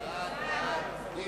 סיעות רע"ם-תע"ל חד"ש